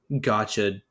gotcha